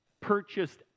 purchased